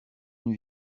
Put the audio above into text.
une